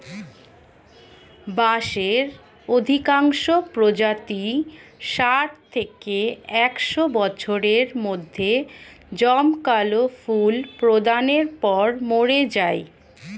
বাঁশের অধিকাংশ প্রজাতিই ষাট থেকে একশ বছরের মধ্যে জমকালো ফুল প্রদানের পর মরে যায়